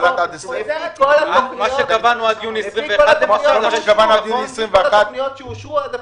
חל"ת עד --- מה שקבענו עד יוני 2021. החל"ת שאושר עד